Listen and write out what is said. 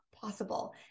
possible